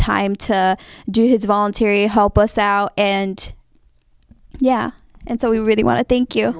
time to do his voluntary help us out and yeah and so we really want to thank you